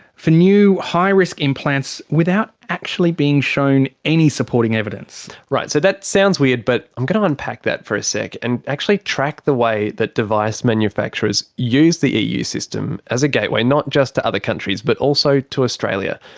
for new, high-risk implants without actually being shown any supporting evidence. right so that sounds weird, but i'm going to unpack that for a sec and actually track the way that device manufactures use the ah eu system as a gateway not just to other countries but also to australia,